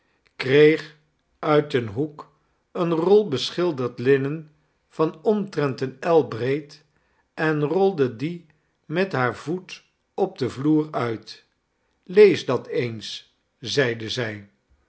kreeg uit een hoek eene rol beschilderd linnen van omtrent eene el breed en rolde die met haar voet op den vloer uit lees dat eens zeide zij